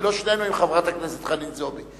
ולא שנינו אם חברת הכנסת חנין זועבי.